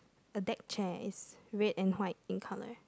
a deck chair it's red and white in colour